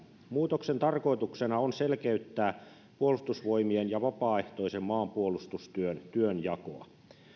muutoksen tarkoituksena on selkeyttää puolustusvoimien ja vapaaehtoisen maanpuolustustyön työnjakoa